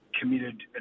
committed